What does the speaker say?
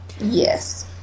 Yes